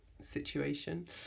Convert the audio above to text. situation